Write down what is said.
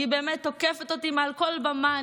היא תוקפת אותי מעל כל במה,